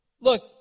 Look